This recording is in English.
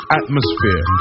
atmosphere